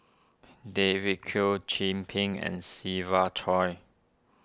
David Kwo Chin Peng and Siva Choy